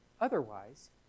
Otherwise